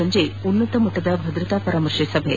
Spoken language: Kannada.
ಸಂಜೆ ಉನ್ನತಮಟ್ಟದ ಭದ್ರತಾ ಪರಾಮರ್ಶೆ ಸಭೆ